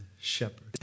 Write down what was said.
shepherd